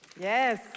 yes